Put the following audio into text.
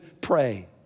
pray